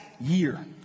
year